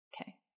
Okay